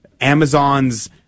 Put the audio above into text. amazon's